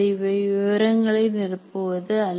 இவை விவரங்களை நிரப்புவது அல்ல